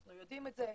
אנחנו יודעים את זה,